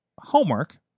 Homework